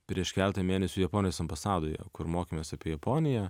prieš keletą mėnesių japonijos ambasadoje kur mokėmės apie japoniją